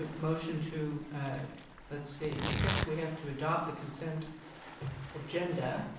ah motion to let's see i guess we have to adopt the consent agenda,